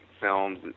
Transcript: films